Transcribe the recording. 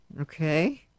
Okay